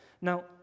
Now